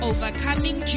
Overcoming